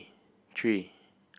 three